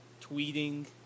tweeting